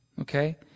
Okay